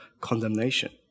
condemnation